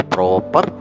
Proper